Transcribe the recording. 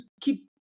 keep